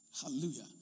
Hallelujah